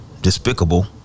despicable